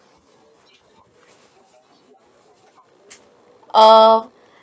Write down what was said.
oo